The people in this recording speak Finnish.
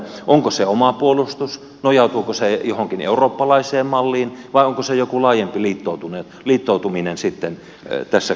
onko se oma puolustus nojautuuko se johonkin eurooppalaiseen malliin vai onko joku laajempi liittoutuminen sitten tässä kysymyksessä